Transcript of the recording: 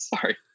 sorry